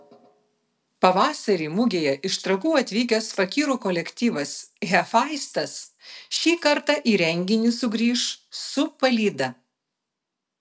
pavasarį mugėje iš trakų atvykęs fakyrų kolektyvas hefaistas šį kartą į renginį sugrįš su palyda